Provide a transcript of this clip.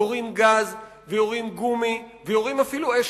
יורים גז ויורים כדורי גומי ויורים אפילו אש